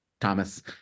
thomas